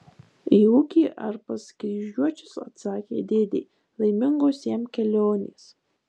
į ūkį ar pas kryžiuočius atsakė dėdė laimingos jam kelionės